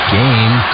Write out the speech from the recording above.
game